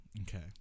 okay